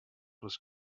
was